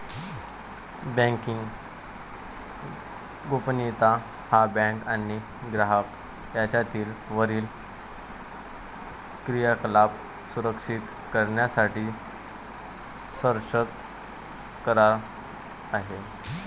banking गोपनीयता हा bank आणि ग्राहक यांच्यातील वरील क्रियाकलाप सुरक्षित करण्यासाठी सशर्त करार आहे